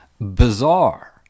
bizarre